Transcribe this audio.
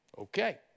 Okay